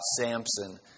Samson